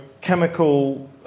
chemical